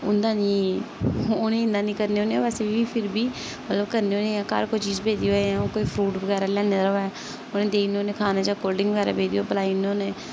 उं'दा नेईं उ'नेंगी इन्ना नेईं करने होन्ने वैसे बी फिर बी मतलब करने होन्ने घर कोई चीज पेदी होऐ जां कोई फ्रूट बगैरा लेयाने दा होऐ उ'नेंगी देई ओड़ने होन्ने खाने च कोल्ड ड्रिंक बगैरा पेदी होऐ पलाई ओड़ने होन्ने